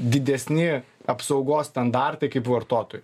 didesni apsaugos standartai kaip vartotojui